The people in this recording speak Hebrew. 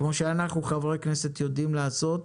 כמו שאנחנו חברי הכנסת יודעים לעשות,